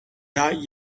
not